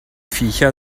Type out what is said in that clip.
viecher